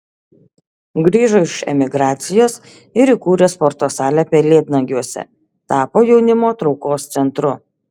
grįžo iš emigracijos ir įkūrė sporto salę pelėdnagiuose tapo jaunimo traukos centru